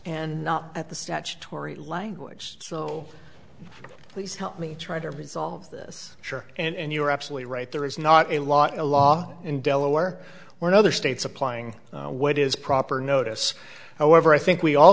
and not at the statutory language so please help me try to resolve this and you're absolutely right there is not a lot in the law in delaware when other states applying what is proper notice however i think we all